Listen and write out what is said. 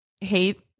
hate